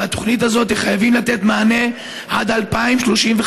התוכנית הזאת חייבת לתת להם מענה עד 2035,